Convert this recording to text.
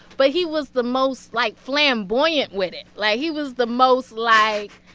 but he was the most, like, flamboyant with it. like, he was the most, like,